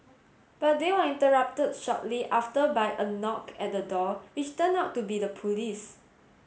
but they were interrupted shortly after by a knock at the door which turned out to be the police